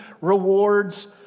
rewards